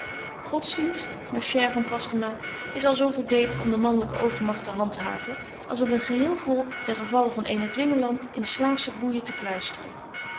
godsdienst ma chere van kwastama is al zo voordelig om de manlyke overmagt te handhaven als om een geheel volk ten gevalle van eenen dwingeland in slaafsche boeijen te kluisteren